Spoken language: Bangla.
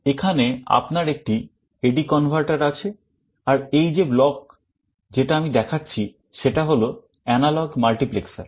এখানে আপনার একটি AD converter আছে আর এই যে block যেটা আমি দেখাচ্ছি সেটা হল এনালগ মাল্টিপ্লেক্সার